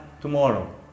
tomorrow